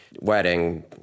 wedding